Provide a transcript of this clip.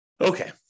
Okay